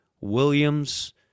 Williams